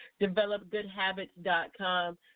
developgoodhabits.com